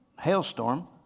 hailstorm